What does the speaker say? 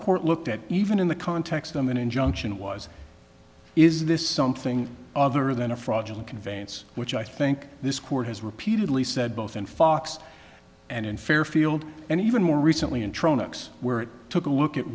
court looked at even in the context of an injunction was is this something other than a fraudulent conveyance which i think this court has repeatedly said both and fox and in fairfield and even more recently intro knox where it took a look at